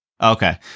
Okay